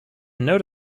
note